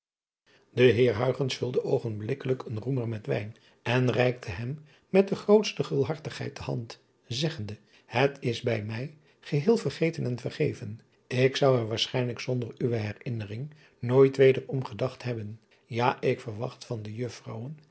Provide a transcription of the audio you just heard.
e eer vulde oogenblikkelijk een roemer met wijn en reikte hem met de grootste gulhartigheid de hand zeggende et is driaan oosjes zn et leven van illegonda uisman bij mij geheel vergeten en vergeven k zou er waarschijnlijk zonder uwe herinnering nooit weder om gedacht hebben ja ik verwacht van de uffrouwen